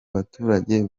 baturage